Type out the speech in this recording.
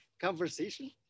conversation